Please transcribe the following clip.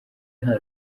nta